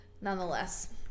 nonetheless